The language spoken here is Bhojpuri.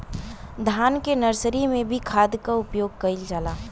धान के नर्सरी में भी खाद के प्रयोग कइल जाला?